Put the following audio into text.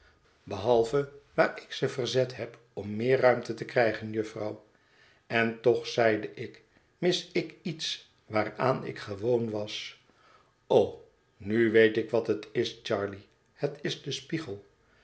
behalve waar ik ze verzet heb om meer ruimte te krijgen jufvrouw en toch zeide ik mis ik iets waaraan ik gewoon was o nu weet ik wat het is charley het is de spiegel